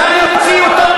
היושב-ראש,